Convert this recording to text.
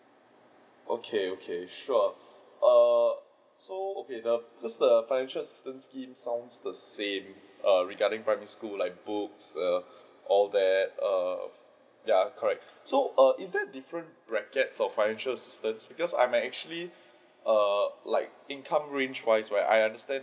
okay okay sure err so okay the just the financial assistance scheme sounds the same err regarding primary school like books err all that err ya correct so is there different brackets of financial assistance because I am actually err like income range wise right I understand